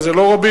וזה לא רבים,